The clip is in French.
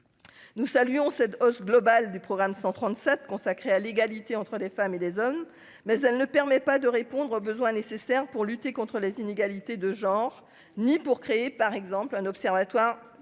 Nous saluons cette hausse globale du programme 137 consacrée à l'égalité entre les femmes et les hommes, mais elle ne permet pas de répondre aux besoins nécessaires pour lutter contre les inégalités de genre ni pour créer par exemple un observatoire